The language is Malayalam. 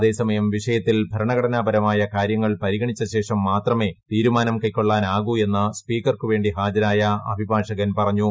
അതേസമയം വിഷയത്തിൽ ഭരണഘടനാപരമായ കാര്യങ്ങൾ പരിഗണിച്ചശേഷം മാത്രമേ തീരൂമാനം കൈക്കൊള്ളാൻ ആകൂ എന്ന് സ്പീക്കർക്കുവേണ്ടി ഹാജരായ അഭിഭാഷകൻ പറഞ്ഞു